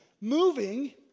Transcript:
Moving